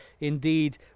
indeed